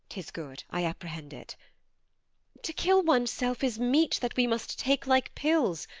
tis good, i apprehend it to kill one's self is meat that we must take like pills,